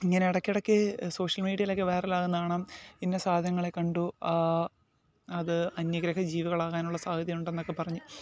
ഇങ്ങനെ ഇടയ്ക്ക് ഇടയ്ക്ക് സോഷ്യൽ മീഡിയയിലൊക്കെ വൈറൽ ആവുന്ന കാണാം ഇന്ന സാധനങ്ങളെ കണ്ടു അത് അന്യഗ്രഹ ജീവികളാകാനുള്ള സാധ്യത ഉണ്ടെന്നൊക്ക പറഞ്ഞ്